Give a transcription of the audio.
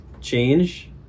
change